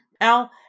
Al